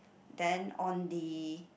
then on the